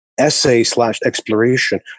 essay-slash-exploration